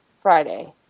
Friday